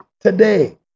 today